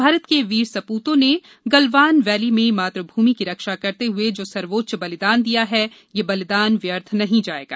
भारत के वीर सपूतों ने गलवानबैली में मातृभूमि की रक्षा करते हुए जो सर्वोच्च बलिदान दिया है ये बलिदान व्यर्थ नहीं जाएगा